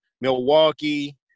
Milwaukee